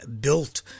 built